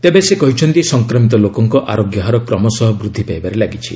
ତେବେ ସେ କହିଛନ୍ତି ସଂକ୍ରମିତ ଲୋକଙ୍କ ଆରୋଗ୍ୟ ହାର କ୍ରମଶଃ ବୃଦ୍ଧି ପାଇବାରେ ଲାଗିଛି